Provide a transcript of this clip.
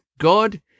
God